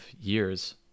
years